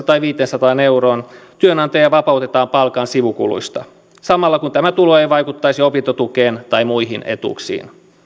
tai viiteensataan euroon kuukaudessa työnantaja vapautetaan palkan sivukuluista samalla kun tämä tulo ei vaikuttaisi opintotukeen tai muihin etuuksiin